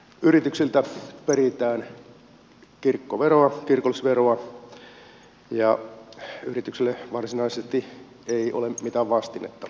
yrityksiltä peritään kirkollisveroa ja yritykselle varsinaisesti ei ole mitään vastinetta tälle verolle